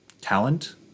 talent